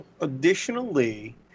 Additionally